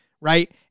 right